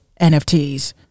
NFTs